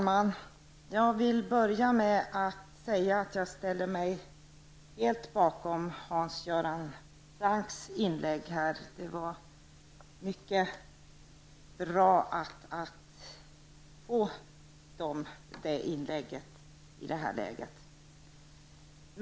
Fru talman! Jag ställer mig helt bakom Hans Göran Francks inlägg. Det var mycket bra att det inlägget kom i det här läget.